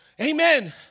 Amen